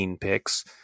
picks